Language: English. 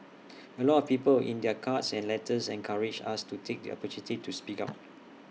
A lot of people in their cards and letters encouraged us to take the opportunity to speak out